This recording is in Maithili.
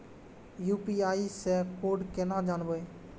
यू.पी.आई से कोड केना जानवै?